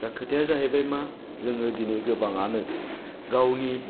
दा खोथाया जाहैबाय मा जोङो दिनै गोबांआनो गावनि